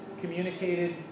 communicated